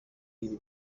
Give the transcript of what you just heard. ibi